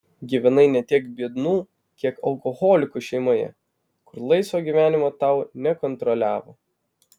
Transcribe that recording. gyvenai ne tiek biednų kiek alkoholikų šeimoje kur laisvo gyvenimo tau nekontroliavo